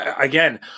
again